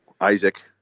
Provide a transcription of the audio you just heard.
Isaac